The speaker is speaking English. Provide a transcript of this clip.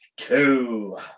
Two